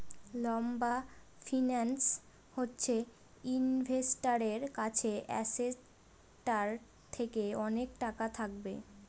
লম্বা ফিন্যান্স হচ্ছে ইনভেস্টারের কাছে অ্যাসেটটার থেকে অনেক টাকা থাকবে